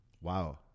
Wow